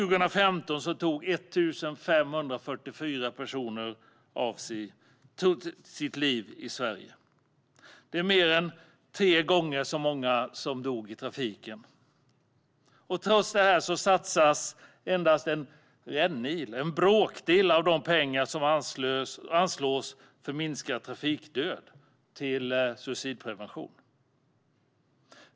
År 2015 tog 1 544 människor livet av sig i Sverige. Det är mer än tre gånger så många som dog i trafiken. Trots detta satsas endast en rännil, en bråkdel av de pengar som anslås för minskad trafikdöd till suicidprevention.